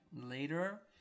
later